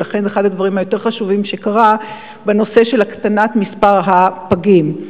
ולכן אחד הדברים החשובים יותר שקרו הוא הקטנת מספר הפגים.